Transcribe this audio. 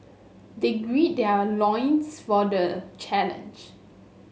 they gird their loins for the challenge